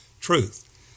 truth